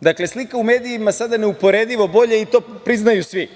Dakle, slika u medijima je sada neuporedivo bolja i to priznaju svi.